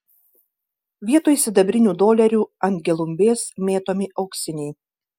vietoj sidabrinių dolerių ant gelumbės mėtomi auksiniai